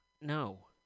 no